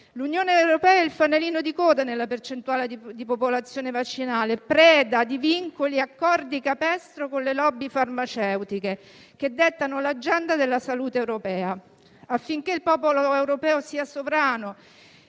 L'Unione europea è il fanalino di coda nella percentuale di popolazione vaccinale, preda di vincoli e accordi capestro con le *lobby* farmaceutiche, che dettano l'agenda della salute europea. Affinché il popolo europeo sia sovrano